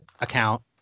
account